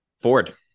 Ford